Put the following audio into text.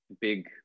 big